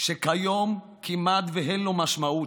שכיום כמעט שאין לו משמעות.